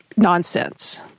Nonsense